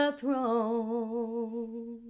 throne